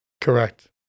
Correct